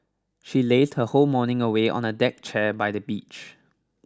she lazed her whole morning away on a deck chair by the beach